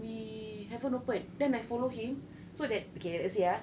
we haven't open then I follow him so that okay let's say ah